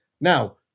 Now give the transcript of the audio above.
Now